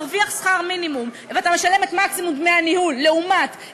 ואני אומר לכם כהורים לילדים קטנים,